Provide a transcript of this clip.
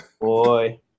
Boy